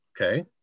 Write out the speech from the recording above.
okay